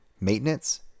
maintenance